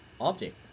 object